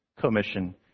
commission